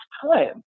time